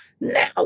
now